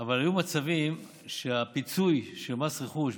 אבל היו מצבים שהפיצוי של מס רכוש,